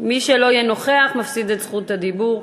מי שלא יהיה נוכח מפסיד את רשות הדיבור,